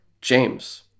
james